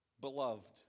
beloved